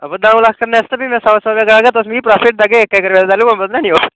हां ब दाऊं लक्ख करने आस्तै बी मैं सौ सौ रपेआ करागा तुस मिकी प्राफिट देगे इक इक रपेआ तैलु गै बधना नि ओह्